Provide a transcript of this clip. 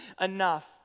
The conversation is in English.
enough